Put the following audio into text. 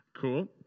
Cool